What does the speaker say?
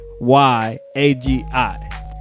y-a-g-i